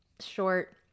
short